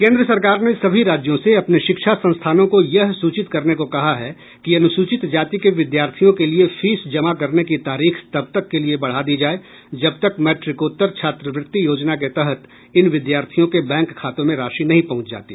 केंद्र सरकार ने सभी राज्यों से अपने शिक्षा संस्थानों को यह सूचित करने को कहा है कि अनुसूचित जाति के विद्यार्थियों के लिए फीस जमा करने की तारीख तब तक के लिए बढ़ा दी जाए जब तक मैट्रिकोत्तर छात्रवृत्ति योजना के तहत इन विद्यार्थियों के बैंक खातों में राशि नहीं पहुंच जाती